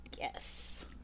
Yes